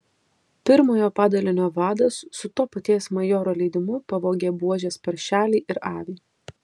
pirmojo padalinio vadas su to paties majoro leidimu pavogė buožės paršelį ir avį